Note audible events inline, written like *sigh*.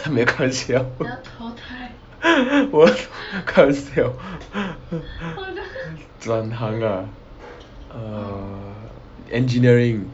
没有开玩笑 *laughs* 我开玩笑 *laughs* 转行 ah err engineering